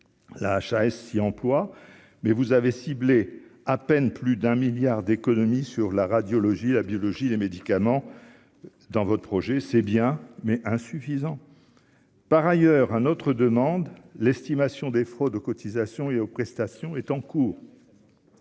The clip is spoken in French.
la HAS s'y emploie, mais vous avez ciblé, à peine plus d'un milliard d'économies sur la radiologie, la biologie, les médicaments dans votre projet, c'est bien mais insuffisant par ailleurs un autre demande l'estimation des fraudes aux cotisations et aux prestations est en cours,